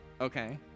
Okay